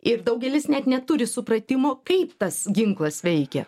ir daugelis net neturi supratimo kaip tas ginklas veikia